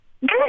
Good